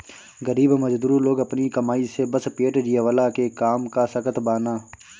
गरीब मजदूर लोग अपनी कमाई से बस पेट जियवला के काम कअ सकत बानअ